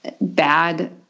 bad